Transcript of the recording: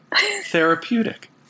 therapeutic